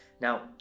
Now